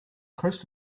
crest